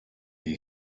you